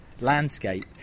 landscape